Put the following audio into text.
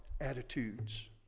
attitudes